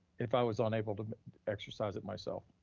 if i was unable to exercise it myself.